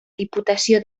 diputació